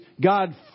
God